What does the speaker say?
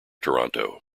toronto